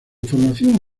formación